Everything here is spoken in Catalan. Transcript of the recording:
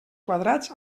quadrats